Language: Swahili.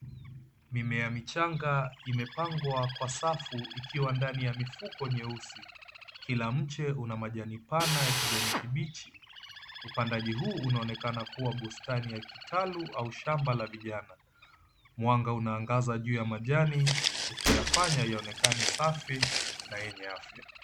Mimea michanga imepangwa kwa safu ikiwa ndani ya mifuko nyeusi, kila mche una majani pana ya kijani kibichi. Upandaji huu inaonekana kuwa bustani ya kitalu au shamba la vijana. Mwanga unaangaza juu ya majani ukiyafanya yaonekana safi na wenye afya.